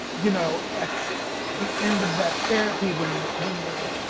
you know, at the end of that therapy, when when the,